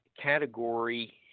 category